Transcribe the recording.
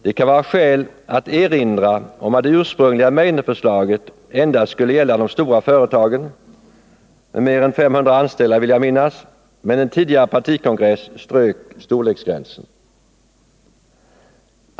Det kan vara skäl att erinra om att det ursprungliga Meidnerförslaget endast skulle gälla de stora företagen — med mer än 500 anställda, vill jag minnas — men en tidigare partikongress strök storleksgränsen.